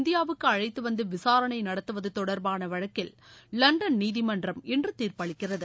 இந்தியாவுக்கு அழைத்து வந்து விசாரணை நடத்துவது தொடர்பான வழக்கில் லண்டன் நீதிமன்றம் இன்று தீர்ப்பளிக்கிறது